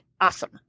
Awesome